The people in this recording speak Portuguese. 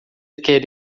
quer